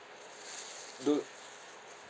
dude